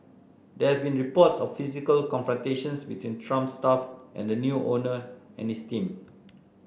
there been reports of physical confrontations between Trump staff and the new owner and his team